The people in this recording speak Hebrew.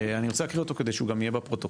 אני רוצה להקריא אותו כדי שהוא גם יהיה בפרוטוקול,